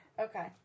okay